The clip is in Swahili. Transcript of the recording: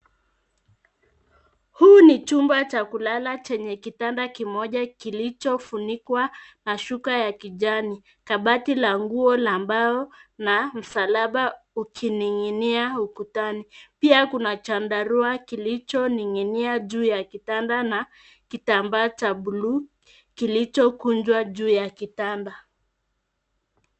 Huu ni chumba cha kulala chenye kitanda kimoja kilichofunikwa na Shuka ya kijani, kabati la nguo ambao na msalaba ukining'inia ukutani ,pia kuna chandarua kilichoninginia juu ya kitanda na kitambaa cha buluu kilichokunjwa juu ya kitanda.